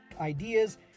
Ideas